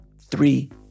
three